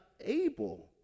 able